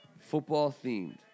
football-themed